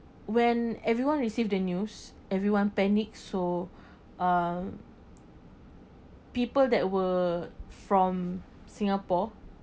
when everyone received the news everyone panic so uh people that were from singapore